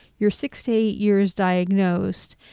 you're six eight years diagnosed,